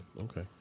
Okay